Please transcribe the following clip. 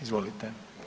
Izvolite.